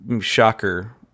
shocker